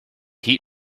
heat